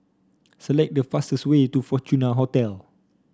select the fastest way to Fortuna Hotel